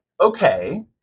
okay